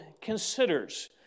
considers